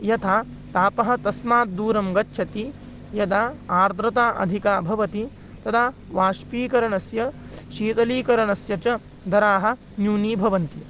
यथा तापः तस्माद् दूरं गच्छति यदा आद्रता अधिका भवति तदा बाष्पीकरणस्य शीतलीकरणस्य च दराः न्यूनी भवन्ति